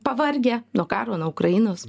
pavargę nuo karo nuo ukrainos